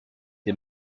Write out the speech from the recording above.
des